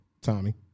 Tommy